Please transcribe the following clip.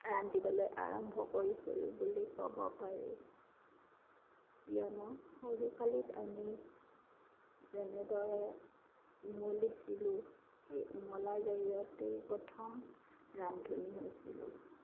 ৰান্ধিবলৈ আৰম্ভ কৰিছিলোঁ বুলি ক'ব পাৰি কিয়নো সৰুকালত আমি যেনেদৰে ওমলিছিলোঁ সেই ওমলাৰ জৰিয়তেই প্ৰথম ৰান্ধনি হৈছিলোঁ